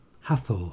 Hathor